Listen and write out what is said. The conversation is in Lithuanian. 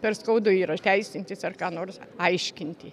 per skaudu yra teisintis ar ką nors aiškinti